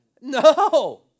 No